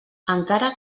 encara